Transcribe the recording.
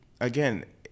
again